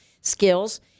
skills